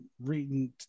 reading